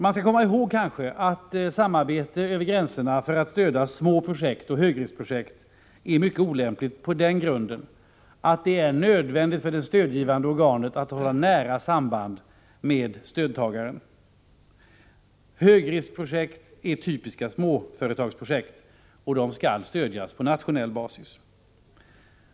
Man kanske skall komma ihåg att samarbete över gränserna för att stödja små projekt och högriskprojekt är mycket olämpligt på den grunden att det är nödvändigt för det stödgivande organet att ha ett nära samband med stödtagaren. Högriskprojekt är typiska småföretagsprojekt, och de skall stödjas på nationell basis.